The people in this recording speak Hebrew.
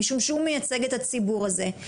משום שהוא מייצג את הציבור הזה,